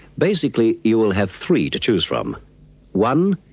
basically you will have three to choose from one.